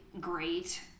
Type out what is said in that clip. great